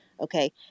Okay